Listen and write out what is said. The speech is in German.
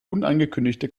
unangekündigte